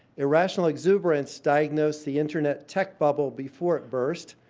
irrational exuberance diagnosed the internet tech bubble before it burst